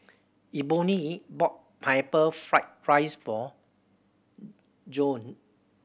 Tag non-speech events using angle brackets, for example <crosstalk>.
Eboni bought Pineapple Fried rice for <noise> Joann